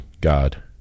God